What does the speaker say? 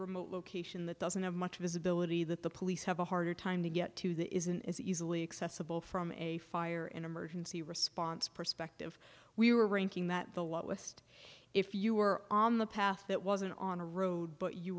remote location that doesn't have much visibility that the police have a harder time to get to the isn't is easily accessible from a fire and emergency response perspective we were ranking that the lot with if you were on the path that wasn't on a road but you